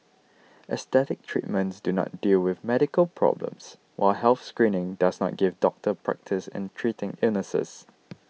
aesthetic treatments do not deal with medical problems while health screening does not give doctors practice in treating illnesses